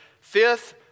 Fifth